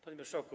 Panie Marszałku!